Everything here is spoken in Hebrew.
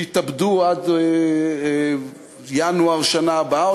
שיתאבדו עד ינואר שנה הבאה,